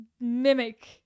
mimic